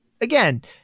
again